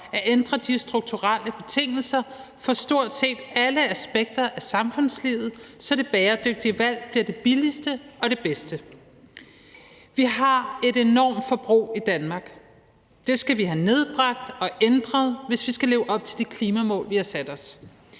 at ændre de strukturelle betingelser for stort set alle aspekter af samfundslivet, så det bæredygtige valg bliver det billigste og det bedste. Vi har et enormt forbrug i Danmark. Det skal vi have nedbragt og ændret, hvis vi skal leve op til de klimamål, vi har sat os.